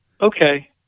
Okay